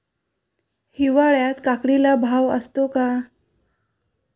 हिवाळ्यात काकडीला भाव असतो का?